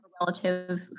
relative